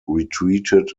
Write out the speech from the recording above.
retreated